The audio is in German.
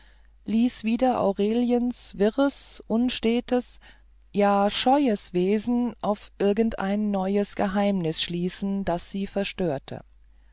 ließ wieder aureliens wirres unstetes ja scheues wesen auf irgendein neues geheimnis schließen das sie verstörte